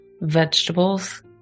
vegetables